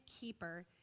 keeper